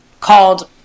called